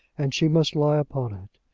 and she must lie upon it.